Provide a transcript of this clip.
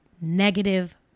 negative